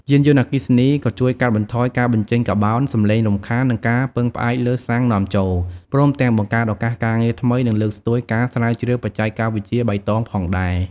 យានយន្តអគ្គីសនីក៏ជួយកាត់បន្ថយការបញ្ចេញកាបូន សំលេងរំខាន និងការពឹងផ្អែកលើសាំងនាំចូល ព្រមទាំងបង្កើតឱកាសការងារថ្មី និងលើកស្ទួយការស្រាវជ្រាវបច្ចេកវិទ្យាបៃតងផងដែរ។